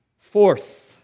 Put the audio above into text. Fourth